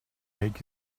make